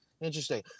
Interesting